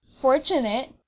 Fortunate